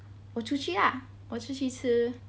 我出去啊我出去吃